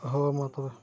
ᱦᱳ ᱢᱟ ᱛᱚᱵᱮ